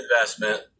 investment